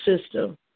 system